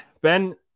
ben